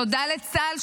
תודה לצה"ל,